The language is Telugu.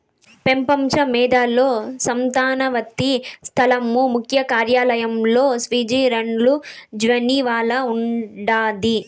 పెపంచ మేధో సంపత్తి సంస్థ ముఖ్య కార్యాలయం స్విట్జర్లండ్ల జెనీవాల ఉండాది